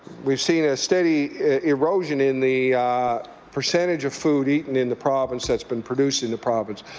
we've seen a steady erosion in the percentage of food eaten in the province that's been produced in the province.